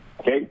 okay